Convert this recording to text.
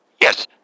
Yes